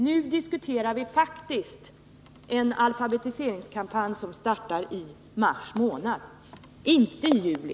Vi diskuterar faktiskt en alfabetiseringskampanj som startar i mars — inte i juli.